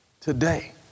today